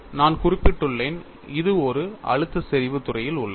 நான் குறிப்பிட்டுள்ளேன் இது ஒரு அழுத்த செறிவு துறையில் உள்ளது